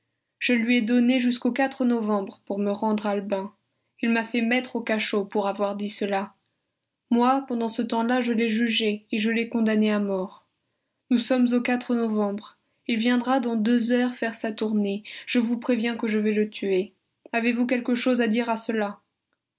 je lui ai donné jusquau novembre pour me rendre albin il m'a fait mettre au cachot pour avoir dit cela moi pendant ce temps-là je l'ai jugé et je l'ai condamné à mort nous sommes au novembre il viendra dans deux heures faire sa tournée je vous préviens que je vais le tuer avez-vous quelque chose à dire à cela